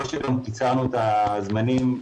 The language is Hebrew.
קיצרנו את הזמנים.